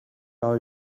are